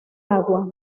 agua